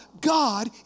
God